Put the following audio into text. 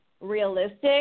realistic